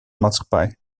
maatschappij